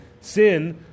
sin